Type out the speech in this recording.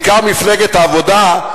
בעיקר מפלגת העבודה,